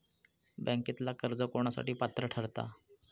बँकेतला कर्ज कोणासाठी पात्र ठरता?